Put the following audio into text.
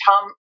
tom